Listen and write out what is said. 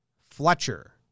Fletcher